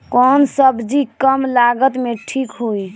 कौन सबजी कम लागत मे ठिक होई?